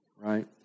right